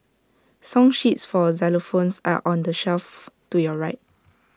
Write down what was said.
song sheets for xylophones are on the shelf to your right